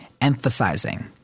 emphasizing